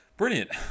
brilliant